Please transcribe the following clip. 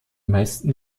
meisten